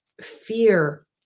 fear